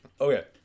Okay